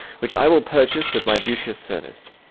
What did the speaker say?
which i will purchase with my duteous service